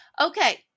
Okay